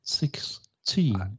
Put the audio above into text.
sixteen